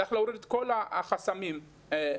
צריך להוריד את כל החסמים הבירוקרטים